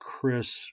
Chris